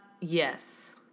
yes